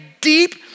deep